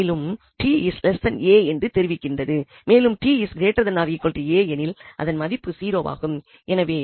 மேலும் இது ta என்று தெரிவிக்கின்றது மேலும் t ≥ a எனில் அதன் மதிப்பு 0 ஆகும்